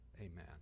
Amen